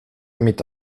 mit